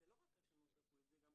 והייתה רשלנות רפואית יש פוליסה של המקום,